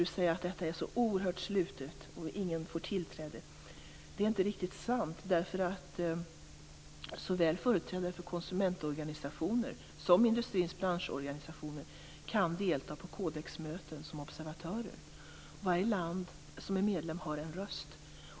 Han säger att Codexgruppen är så oerhört sluten och att ingen får tillträde. Det är inte riktigt sant. Såväl företrädare för konsumentorganisationer som för industrins branschorganisationer kan delta som observatörer på Codexmöten. Varje land som är medlem har en röst.